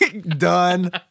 Done